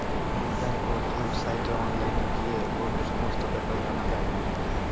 net বেংকত ওয়েবসাইটে online গিয়ে লোনের সমস্ত বেপার জানা যাই